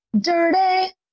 dirty